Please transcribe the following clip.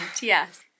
Yes